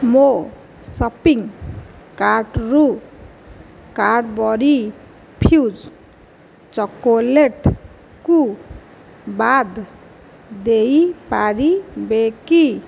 ମୋ' ସପିଂ କାର୍ଟ୍ରୁ Cadbury Fuse ଚକୋଲେଟ୍କୁ ବାଦ ଦେଇପାରିବେ କି